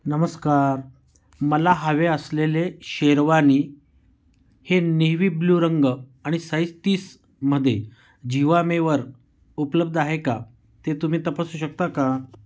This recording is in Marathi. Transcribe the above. नमस्कार मला हवे असलेले शेरवानी हे नेव्ही ब्लू रंग आणि साईज तीसमध्ये जीवामेवर उपलब्ध आहे का ते तुम्ही तपासू शकता का